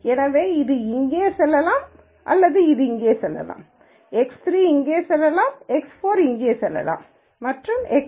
எனவே இது இங்கே செல்லலாம் இது இங்கே செல்லலாம் x3 இங்கே செல்லலாம் x4 இங்கே செல்லலாம் மற்றும் xN